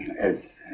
as